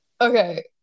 Okay